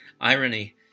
irony